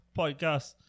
podcast